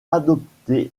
adopté